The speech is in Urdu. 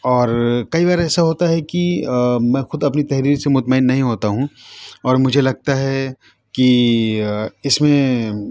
اور کئی بار ایسا ہوتا ہے کہ میں خود اپنی تحریر سے مطمئن نہیں ہوتا ہوں اور مجھے لگتا ہے کہ اِس میں